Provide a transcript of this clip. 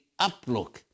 uplook